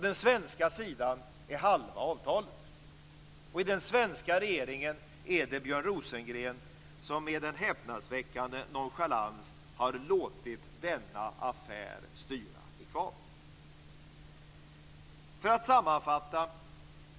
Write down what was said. Den svenska sidan står för halva avtalet, och i den svenska regeringen är det Björn Rosengren som med en häpnadsväckande nonchalans har låtit denna affär styra i kvav. Låt mig sammanfatta.